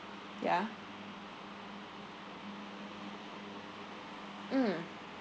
yeah mm